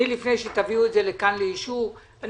לפני שתביאו את זה לכאן לאישור אני